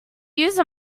use